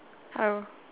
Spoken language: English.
hello